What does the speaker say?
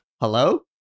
Hello